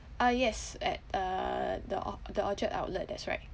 ah yes at uh the or~ the orchard outlet that's right